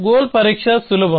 goal పరీక్ష సులభం